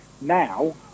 Now